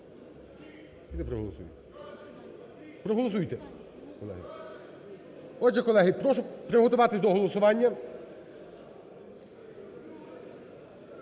Проголосуйте. Отже, колеги, прошу приготуватися до голосування.